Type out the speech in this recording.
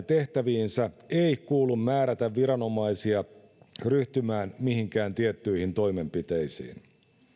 tehtäviinsä ei kuulu määrätä viranomaisia ryhtymään mihinkään tiettyihin toimenpiteisiin